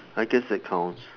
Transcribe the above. I guess that counts